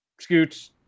Scoots